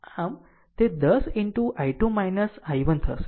આમ તે 10 into I2 I1 થશે